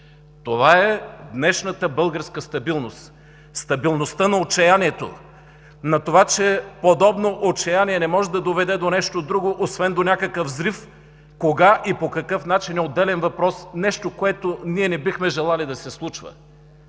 Това е днешната българска стабилност – стабилността на отчаянието, на това, че подобно отчаяние не може да доведе до нещо друго, освен до някакъв взрив. Кога и по какъв начин е отделен въпрос – нещо, което ние не бихме желали да се случва,